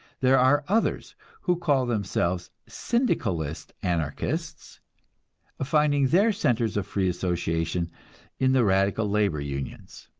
there are others who call themselves syndicalist-anarchists, finding their centers of free association in the radical labor unions.